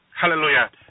hallelujah